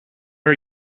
are